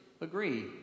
agree